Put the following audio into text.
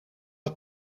het